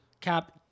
cap